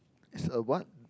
is a what